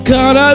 God